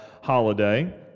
holiday